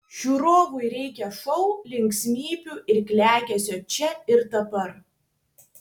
žiūrovui reikia šou linksmybių ir klegesio čia ir dabar